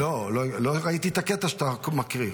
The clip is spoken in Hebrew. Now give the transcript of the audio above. לא ראיתי את הקטע שאתה מקריא,